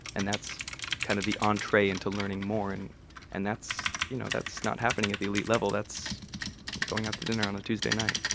and that's kind of the entree into learning more. and and that's you know that's not happening at the elite level, that's going out to dinner on a tuesday night